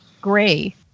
gray